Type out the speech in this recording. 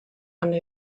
under